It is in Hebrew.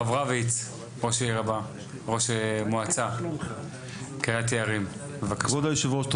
הרב רביץ ראש מועצה קריית יערים בבקשה.